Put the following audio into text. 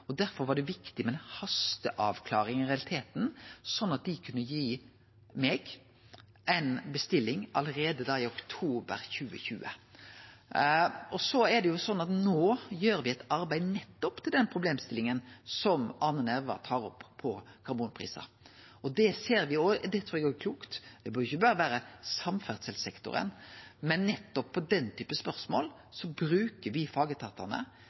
og derfor var det viktig med det som i realiteten var ei hasteavklaring, sånn at dei kunne gi meg ei bestilling allereie i oktober 2020. No gjer me eit arbeid i samband med nettopp den problemstillinga om karbonprisar som Arne Nævra tar opp. Det trur eg òg er klokt, og det burde jo ikkje berre gjelde samferdselssektoren. Men nettopp til den typen spørsmål bruker